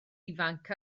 ifanc